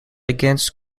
against